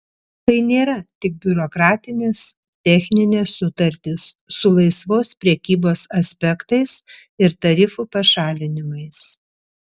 tai nėra tik biurokratinės techninės sutartys su laisvos prekybos aspektais ir tarifų pašalinimais